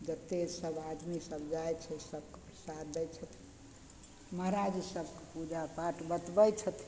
जते सब आदमी सब जाइ छै सबके प्रसाद दै छथिन महाराज जी सबके पूजापाठ बतबय छथिन